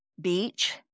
Beach